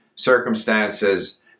circumstances